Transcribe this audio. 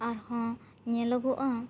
ᱟᱨ ᱦᱚᱸ ᱧᱮᱞᱚᱜᱚᱜ ᱟ